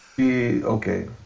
okay